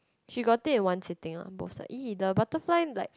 she got take in one sitting ah both side !ee! the butterfly like